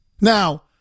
Now